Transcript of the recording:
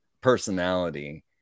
personality